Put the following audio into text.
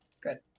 Good